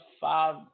five